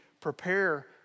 prepare